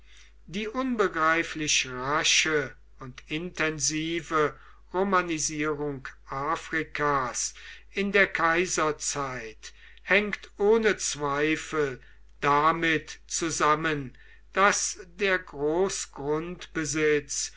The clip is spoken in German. die unbegreiflich rasche und intensive romanisierung afrikas in der kaiserzeit hängt ohne zweifel damit zusammen daß der